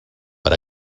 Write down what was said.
per